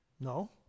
No